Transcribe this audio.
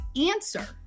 answer